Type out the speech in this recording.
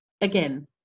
again